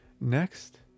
Next